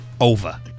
over